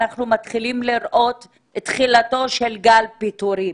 אנחנו מתחילים לראות את תחילתו של גל פיטורים